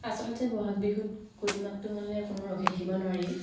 আচলতে বহাগ বিহুত কুলি মাতটো শুনিলে কোনো ৰখি থাকিব নোৱাৰি